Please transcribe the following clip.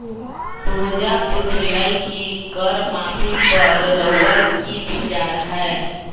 पूजा पुछलई कि कर माफी पर रउअर कि विचार हए